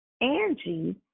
Angie